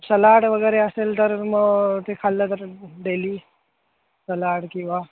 salad वगैरे असेल तर मग ते खाल्लं तर डेली सलाड किंवा